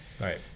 right